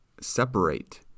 separate